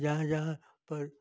जहाँ जहाँ पर